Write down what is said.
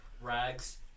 rags